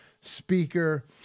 speaker